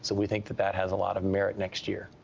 so we think that that has a lot of merit next year.